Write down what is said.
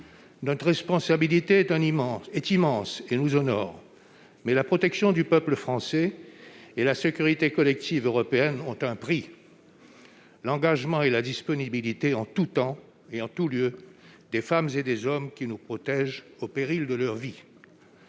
Notre responsabilité est immense ; elle nous honore. Mais la protection du peuple français et la sécurité collective européenne ont un prix : l'engagement et la disponibilité en tout temps et en tout lieu des femmes et des hommes qui nous protègent au péril de leur vie.